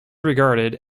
regarded